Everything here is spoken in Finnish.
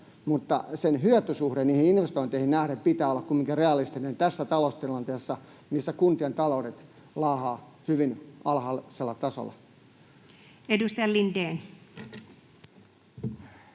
mutta sen hyötysuhteen niihin investointeihin nähden pitää olla kumminkin realistinen tässä taloustilanteessa, missä kuntien taloudet laahaavat hyvin alhaisella tasolla. [Speech 112]